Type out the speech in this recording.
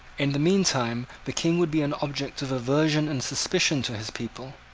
in the meantime the king would be an object of aversion and suspicion to his people.